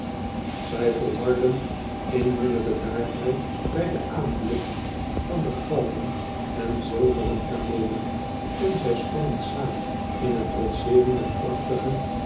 zij volharden in hunne bedaardheid bij den aanblik van de gouden en zilveren kameelen en zij spannen saam in het trotseeren der prachtige